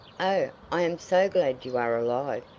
oh, i am so glad you are alive!